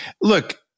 look